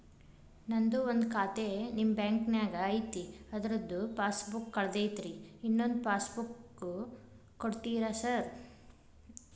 ನಂದು ಒಂದು ಖಾತೆ ನಿಮ್ಮ ಬ್ಯಾಂಕಿನಾಗ್ ಐತಿ ಅದ್ರದು ಪಾಸ್ ಬುಕ್ ಕಳೆದೈತ್ರಿ ಇನ್ನೊಂದ್ ಪಾಸ್ ಬುಕ್ ಕೂಡ್ತೇರಾ ಸರ್?